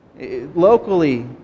Locally